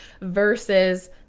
versus